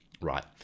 Right